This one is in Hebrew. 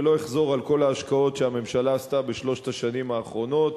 ולא אחזור על כל ההשקעות שהממשלה עשתה בשלוש השנים האחרונות